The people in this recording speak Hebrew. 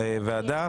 אושרה.